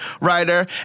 writer